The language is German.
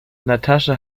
natascha